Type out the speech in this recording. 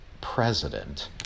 President